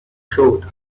showed